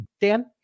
Dan